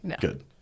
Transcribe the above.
Good